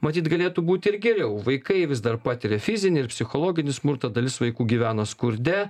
matyt galėtų būti ir geriau vaikai vis dar patiria fizinį ir psichologinį smurtą dalis vaikų gyvena skurde